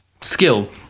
skill